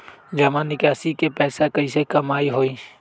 जमा निकासी से पैसा कईसे कमाई होई?